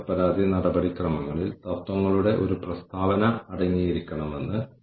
ഇത് സംഭവിക്കുന്നുവെന്ന് ഉറപ്പാക്കാൻ നമ്മൾ ആഗ്രഹിക്കുന്നു നമ്മൾ ഇത് എന്തുചെയ്യും